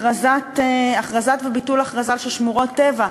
הכרזה וביטול הכרזה של שמורות טבע,